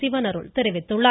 சிவனருள் தெரிவித்துள்ளார்